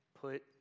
put